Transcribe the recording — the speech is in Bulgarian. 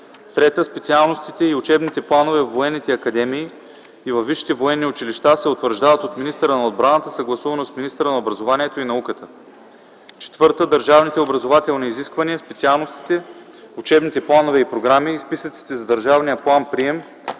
(3) Специалностите и учебните планове във военните академии и във висшите военни училища се утвърждават от министъра на отбраната, съгласувано с министъра на образованието и науката. (4) Държавните образователни изисквания, специалностите, учебните планове и програми и списъците за държавния план прием